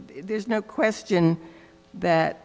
there's no question that